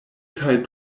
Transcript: kaj